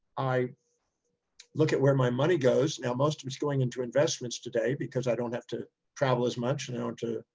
i look at where my money goes. now, most of it's going into investments today because i don't have to travel as much. and i don't have to,